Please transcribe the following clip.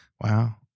wow